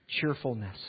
cheerfulness